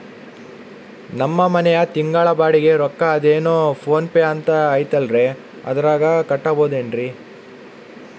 ನಮ್ಮ ಮನೆಯ ತಿಂಗಳ ಬಾಡಿಗೆ ರೊಕ್ಕ ಅದೇನೋ ಪೋನ್ ಪೇ ಅಂತಾ ಐತಲ್ರೇ ಅದರಾಗ ಕಟ್ಟಬಹುದೇನ್ರಿ?